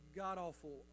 god-awful